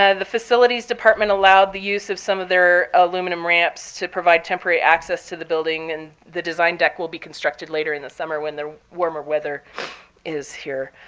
ah the facilities department allowed the use of some of their aluminum ramps to provide temporary access to the building, and the design deck will be constructed later in the summer when the warmer weather is here.